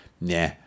Nah